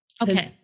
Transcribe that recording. Okay